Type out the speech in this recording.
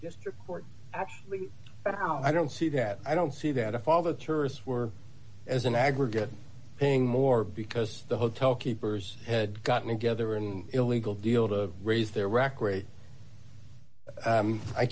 district court actually i don't see that i don't see that if all the tourists were as an aggregate paying more because the hotel keepers had gotten together in illegal deal to raise their